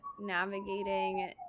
navigating